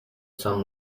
some